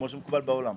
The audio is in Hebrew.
כפי שמקובל בכל העולם.